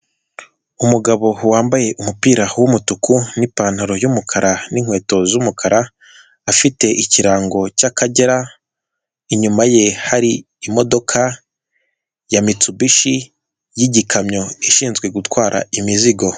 Umugabo wambaye umupira w'umutuku n'ipantaro y'umukara n'inkweto z'umukara afite ikirango cy'Akagera, inyuma ye hari imodoka ya mitsu bisi y'igikamyo ishinzwe gutwara imizigo.